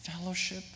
fellowship